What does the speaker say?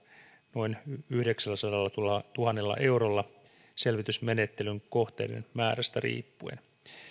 noin yhdeksälläsadallatuhannella eurolla selvitysmenettelyn kohteiden määrästä riippuen